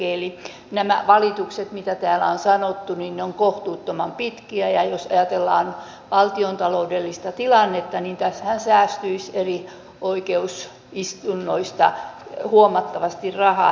eli nämä valitukset mitä täällä on sanottu ovat kohtuuttoman pitkiä ja jos ajatellaan valtiontaloudellista tilannetta niin tässähän säästyisi eri oikeusistunnoista huomattavasti rahaa